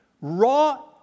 raw